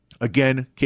again